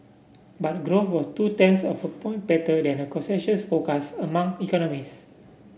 but growth was two tenths of a point better than a consensus forecast among economists